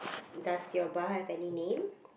does your bar have any name